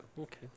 Okay